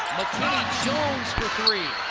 jones for three.